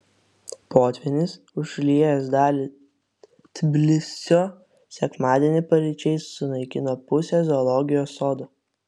potvynis užliejęs dalį tbilisio sekmadienį paryčiais sunaikino pusę zoologijos sodo